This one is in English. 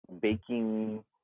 baking